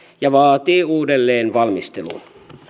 ja vaatii uudelleenvalmistelua